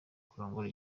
kurongora